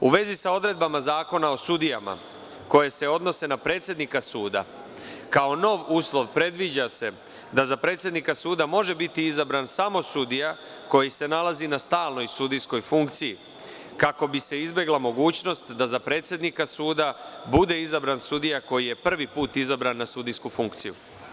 U vezi sa odredbama Zakona o sudijama, koje se odnose na predsednika suda, kao nov uslov predviđa se da za predsednika suda može biti izabran samo sudija koji se nalazi na stalnoj sudijskoj funkciji kako bi se izbegla mogućnost da za predsednika suda bude izabran sudija koji je prvi put izabran na sudijsku funkciju.